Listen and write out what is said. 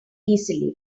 easily